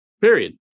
period